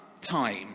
time